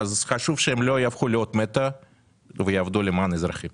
חשוב שהם לא יהפכו לאות מתה אלא יעבדו למען האזרחים.